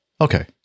Okay